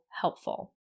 helpful